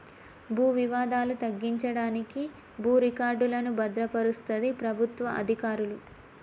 భూ వివాదాలు తగ్గించడానికి భూ రికార్డులను భద్రపరుస్తది ప్రభుత్వ అధికారులు